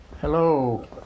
Hello